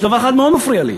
יש דבר אחד שמאוד מפריע לי.